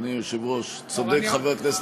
אדוני היושב-ראש, צודק חבר הכנסת גטאס.